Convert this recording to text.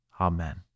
Amen